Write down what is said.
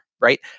right